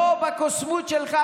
לא בקוסמות שלך,